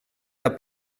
der